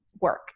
work